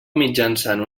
mitjançant